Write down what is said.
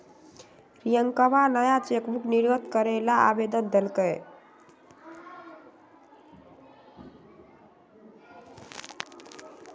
रियंकवा नया चेकबुक निर्गत करे ला आवेदन देलय